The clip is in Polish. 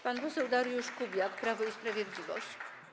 Pan poseł Dariusz Kubiak, Prawo i Sprawiedliwość.